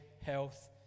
health